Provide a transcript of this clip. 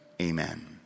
Amen